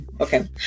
okay